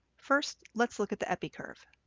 first, let's look at the epi curve.